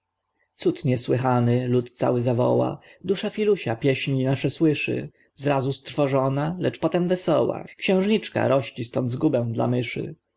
cud niesłychany lud cały zawoła dusza filusia pieśni nasze słyszy zrazu strwożona lecz potem wesoła xiężniczka rości stąd zgubę dla myszy